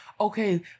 okay